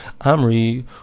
Amri